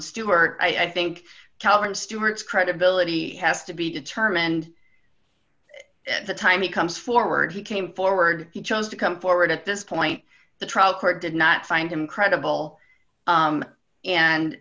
stewart i think calvin stewart's credibility has to be determined at the time he comes forward he came forward he chose to come forward at this point the trial court did not find him credible